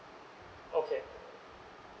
okay